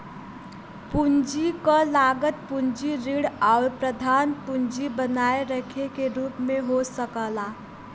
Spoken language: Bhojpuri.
पूंजी क लागत पूंजी ऋण आउर प्रधान पूंजी बनाए रखे के रूप में हो सकला